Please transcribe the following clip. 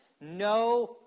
No